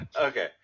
Okay